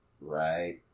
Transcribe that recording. right